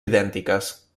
idèntiques